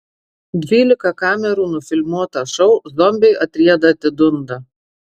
dvylika kamerų nufilmuotą šou zombiai atrieda atidunda